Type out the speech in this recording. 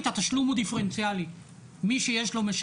12:36) העיקרון השני,